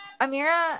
Amira